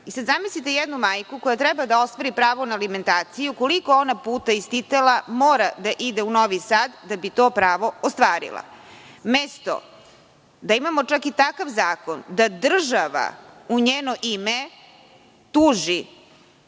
Zamislite jednu majku koja treba da ostvari pravo na alimentaciju, koliko ona puta iz Titela mora da ide u Novi Sad da bi to pravo ostvarila. Umesto da imamo čak i takav zakon da država u njeno ime tuži